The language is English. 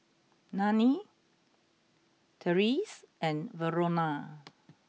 Nanie Tyrese and Verona